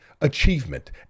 achievement